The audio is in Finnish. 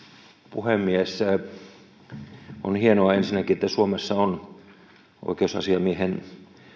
puhemies ensinnäkin on hienoa että suomessa on oikeusasiamiehen